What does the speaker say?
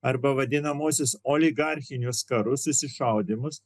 arba vadinamuosius oligarchinius karus susišaudymus